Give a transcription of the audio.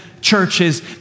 churches